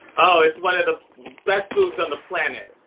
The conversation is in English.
oh, it's one of the best foods on the planet.